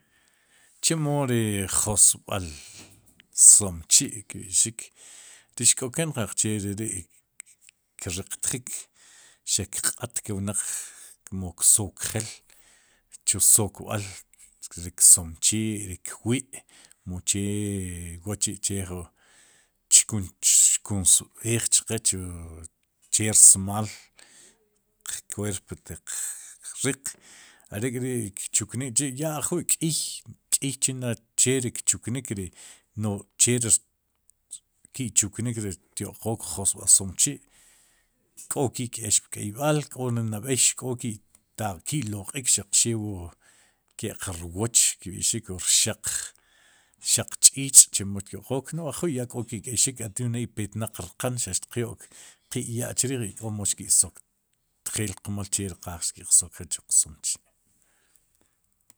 Chemo ri josb'al somechi'l kb'ix ri xk'oken qaqche re ri' kriq tjik xaq kq'at ke'wnaq mu ksok jeel chu sokb'al ri ksomechiil ri kwi' mu che wa'chi'kchkunsb'eej chqe che rsmaal, qkweerp tiq riq arek'ri kchuknik ya ajwi'k'iy k'iy che ri kchuknik ri nod cheri ri ki'chuknik xtyo'qook josb'al somechi' k'o ki'k'yex pk'eyb'al k'o ni nab'ey xk'o ta ki'loq'ik xaq rew wu ke'q rwooch rxaq ch'ich'chemo kyo'qook no ajwi' ya k'o ki'k'eyxik aduna ipetnaq rqan, xaq xtiq yo'k qe ya'chriij k'omo xki'soktjeel qmal che ri qaaj xki'qsokjel chu qsomechi'l